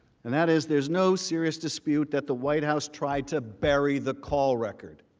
and that is there is no serious dispute that the white house tried to bury the call record.